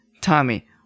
Tommy